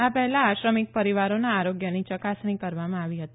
આ પહેલા આ શ્રમિક પરિવારોના આરોગ્યની ચકાસણી કરવામાંઆવી હતી